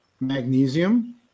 magnesium